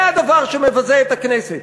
זה הדבר שמבזה את הכנסת.